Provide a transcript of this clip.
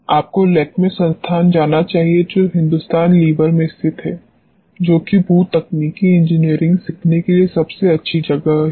आपको लक्मे संस्थान जाना चाहिए जो हिंदुस्तान लीवर में स्थित है जो कि भू तकनीकी इंजीनियरिंग सीखने के लिए सबसे अच्छी जगह है